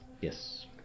Yes